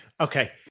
Okay